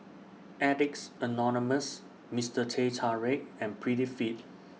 Addicts Anonymous Mister Teh Tarik and Prettyfit